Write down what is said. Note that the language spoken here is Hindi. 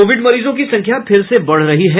कोविड मरीजों की संख्या फिर से बढ़ रही है